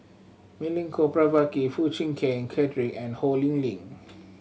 Milenko Prvacki Foo Chee Keng Cedric and Ho Lee Ling